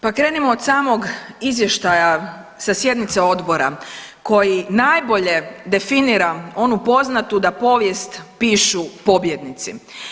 Pa krenimo od samog izvještaja sa sjednice odbora koji najbolje definira onu poznatu da povijest pišu pobjednici.